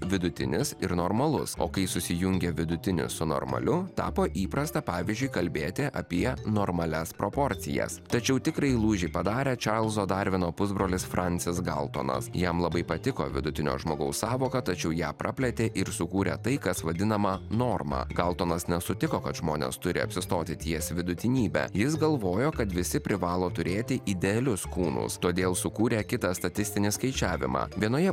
vidutinis ir normalus o kai susijungia vidutinis su normaliu tapo įprasta pavyzdžiui kalbėti apie normalias proporcijas tačiau tikrąjį lūžį padarė čarlzo darvino pusbrolis francis galtonas jam labai patiko vidutinio žmogaus sąvoką tačiau ją praplėtė ir sukūrė tai kas vadinama norma galtonas nesutiko kad žmonės turi apsistoti ties vidutinybe jis galvojo kad visi privalo turėti idealius kūnus todėl sukūrė kitą statistinį skaičiavimą vienoje